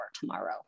tomorrow